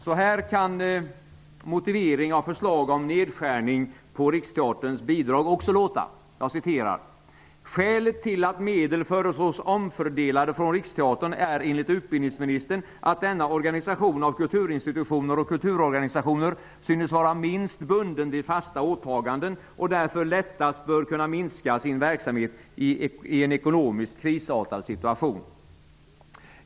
Så här kan motiveringen av förslag om nedskärningar på Riksteaterns bidrag låta: ''Skälet till att medel föreslås omfördelade från Riksteatern är enligt ministern att denna organisation av kulturinstitutioner och kulturorganisationer synes vara minst bunden vid fasta åtaganden och därför lättast bör kunna minska sin verksamhet i en ekonomiskt krisartad situation.''